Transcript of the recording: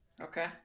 Okay